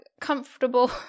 comfortable